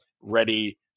ready